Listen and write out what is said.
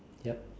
yup